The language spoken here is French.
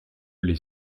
les